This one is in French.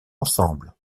ensemble